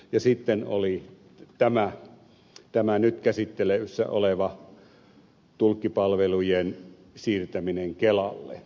ja sitten oli tämä nyt käsittelyssä oleva tulkkipalvelujen siirtäminen kelalle